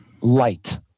light